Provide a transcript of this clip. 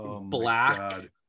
black